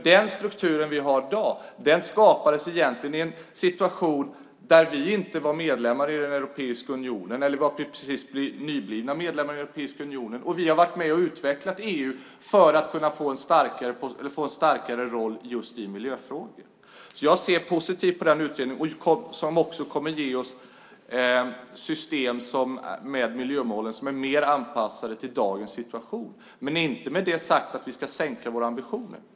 Den struktur vi har i dag skapades i en situation då vi inte var medlemmar, eller alldeles nyblivna medlemmar, i Europeiska unionen. Vi har varit med och utvecklat EU för att kunna få en starkare roll i just miljöfrågor. Jag ser positivt på utredningen som kommer att ge oss system med miljömålen som är mer anpassade till dagens situation. Därmed inte sagt att vi ska sänka vår ambition.